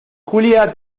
julia